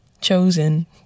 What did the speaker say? chosen